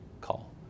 call